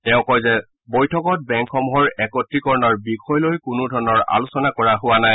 তেওঁ কয় যে বৈঠকত বেংকসমূহৰ একত্ৰীকৰণৰ বিষয় লৈ কোনো ধৰণৰ আলোচনা কৰা হোৱা নাই